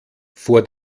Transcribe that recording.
vor